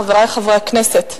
חברי חברי הכנסת,